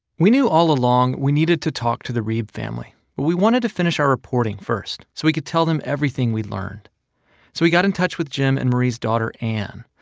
we knew all along we needed to talk to the reeb family, but we wanted to finish our reporting first so we could tell them everything we learned. so we got in touch with jim and marie's daughter, anne,